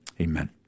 amen